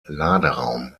laderaum